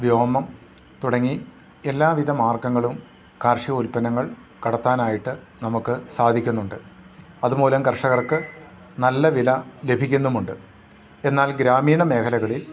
വ്യോമം തുടങ്ങി എല്ലാവിധ മാർഗ്ഗങ്ങളും കാർഷിക ഉൽപ്പന്നങ്ങൾ കടത്താനായിട്ട് നമുക്ക് സാധിക്കുന്നുണ്ട് അതുമൂലം കർഷകർക്ക് നല്ല വില ലഭിക്കുന്നുമുണ്ട് എന്നാൽ ഗ്രാമീണ മേഖലകളിൽ